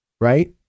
right